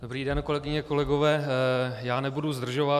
Dobrý den, kolegyně, kolegové, nebudu zdržovat.